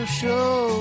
show